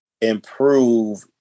improve